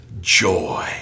Joy